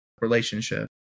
relationship